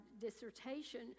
dissertation